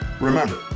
Remember